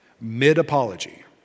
Mid-apology